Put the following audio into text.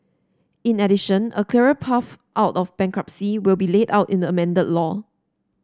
in addition a clearer path out of bankruptcy will be laid out in the amended law